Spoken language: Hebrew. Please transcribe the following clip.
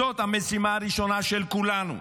זאת המשימה הראשונה של כולנו.